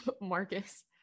Marcus